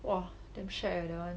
!wah! damn shag eh that [one]